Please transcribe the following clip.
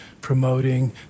promoting